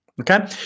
okay